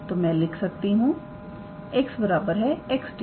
तो मैं लिख सकती हूं 𝑥 𝑥𝑡